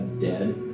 dead